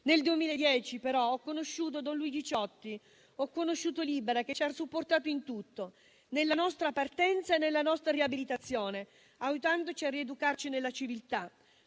Nel 2010 però ho conosciuto don Luigi Ciotti, ho conosciuto Libera che ci ha supportato in tutto, nella nostra partenza e nella nostra riabilitazione, aiutandoci a rieducarci nella civiltà.